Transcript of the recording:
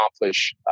accomplish